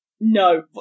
no